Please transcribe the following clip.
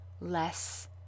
less